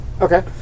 Okay